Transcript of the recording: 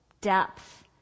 depth